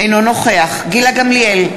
אינו נוכח גילה גמליאל,